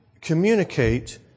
communicate